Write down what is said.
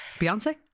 Beyonce